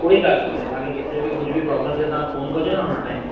कोई ॻाल्हि कोन्हे तव्हां खे किथे बि कुझु बि प्रॉब्लेम थिए तव्हां फोन कजो न हुन टाइम